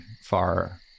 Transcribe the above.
far